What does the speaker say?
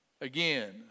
Again